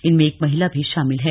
इनमें एक महिला भी शामिल है